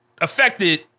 affected